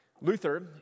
Luther